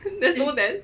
there's no then